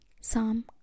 Psalm